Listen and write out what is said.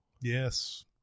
Yes